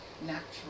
natural